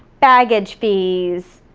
baggage fees,